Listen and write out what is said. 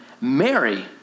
Mary